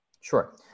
Sure